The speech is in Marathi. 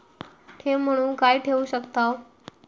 ठेव म्हणून काय ठेवू शकताव?